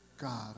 God